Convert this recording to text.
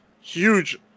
huge